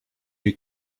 you